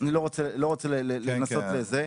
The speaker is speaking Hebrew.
אני לא רוצה לנסות זה.